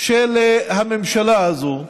של הממשלה הזאת.